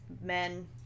Men